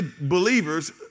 believers